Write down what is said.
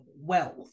wealth